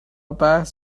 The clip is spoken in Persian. بحث